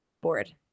board